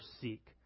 seek